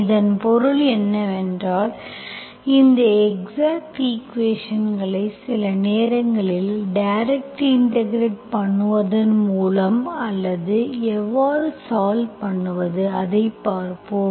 இதன் பொருள் என்னவென்றால் இந்த எக்ஸாக்ட் ஈக்குவேஷன்ஸ்களை சில நேரங்களில் டைரக்ட் இன்டெகிரெட் பண்ணுவதன் மூலம் அல்லது எவ்வாறு சால்வ் பண்ணுவது அதைப் பார்ப்போம்